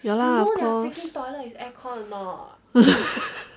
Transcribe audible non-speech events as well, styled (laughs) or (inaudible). ya lah of course (laughs)